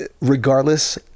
Regardless